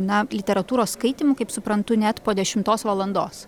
na literatūros skaitymų kaip suptantu net po dešimtos valandos